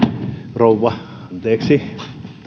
rouva anteeksi